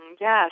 Yes